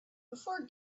before